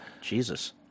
Jesus